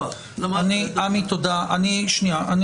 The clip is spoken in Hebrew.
עמי, תודה על